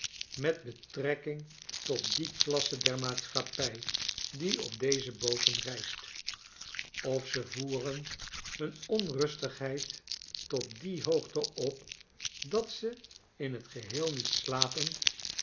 met betrekking tot die klasse der maatschappij die op deze booten reist of ze voeren hun onrustigheid tot die hoogte op dat ze in t geheel niet slapen